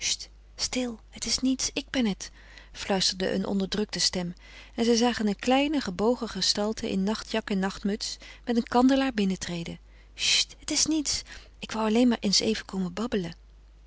stil het is niets ik ben het fluisterde een onderdrukte stem en zij zagen een kleine gebogen gestalte in nachtjak en nachtmuts met een kandelaar binnentreden cht het is niets ik wou alleen maar eens even komen babbelen